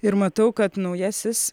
ir matau kad naujasis